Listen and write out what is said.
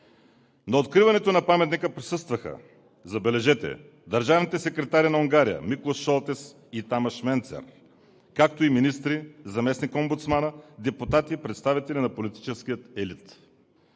На откриването на паметника присъстваха, забележете, държавните секретари на Унгария – Миклош Шолтес и Тамаш Менцер, министри, заместник-омбудсманът, депутати и представители на политическия елит.